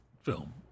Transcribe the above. film